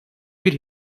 bir